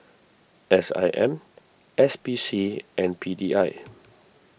S I M S P C and P D I